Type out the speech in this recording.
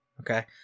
Okay